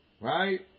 Right